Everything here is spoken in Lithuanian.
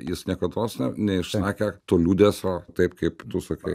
jis niekados ne neišsakė to liūdesio taip kaip tu sakai